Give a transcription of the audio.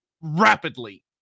rapidly